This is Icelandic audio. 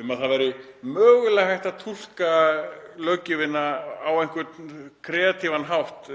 um að það væri mögulega hægt að túlka löggjöfina á einhvern kreatífan hátt